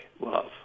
love